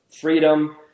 freedom